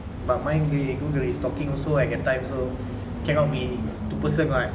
but mine they do the restocking at that time so cannot be two person what